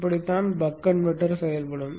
இப்படித்தான் buck converter செயல்படும்